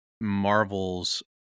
Marvel's